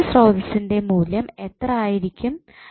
current സ്രോതസ്സ്ന്റെ മൂല്യം എത്ര ആയിരിക്കും